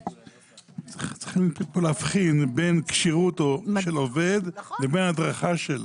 צריכים פה להבחין בין כשירותו של העובד לבין הדרכה שלו.